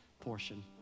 portion